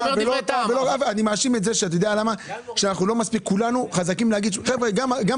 אני מאשים את זה שכולנו חזקים להגיד שצריך.